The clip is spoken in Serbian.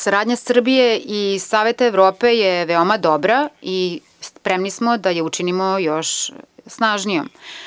Saradnja Srbije i Saveta Evrope je veoma dobra i spremni smo da je učinimo još snažnijom.